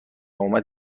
اومد